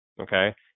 Okay